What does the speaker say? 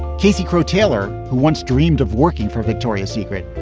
casey crowe taylor, who once dreamed of working for victoria's secret,